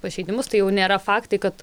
pažeidimus tai jau nėra faktai kad